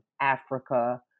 Africa